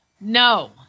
No